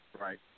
right